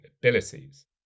abilities